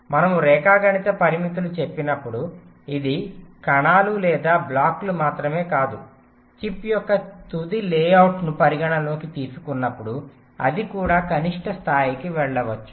మనము రేఖాగణిత పరిమితులను చెప్పినప్పుడు ఇది కణాలు లేదా బ్లాక్లు మాత్రమే కాదు చిప్ యొక్క తుది లేఅవుట్ను పరిగణనలోకి తీసుకున్నప్పుడు అది కూడా కనిష్ట స్థాయికి వెళ్ళవచ్చు